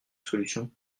solution